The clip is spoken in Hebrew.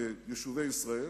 ואפשר ללכת לבאר-שבע,